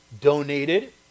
donated